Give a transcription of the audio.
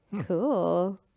Cool